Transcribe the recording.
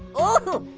ooh,